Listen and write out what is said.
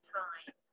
time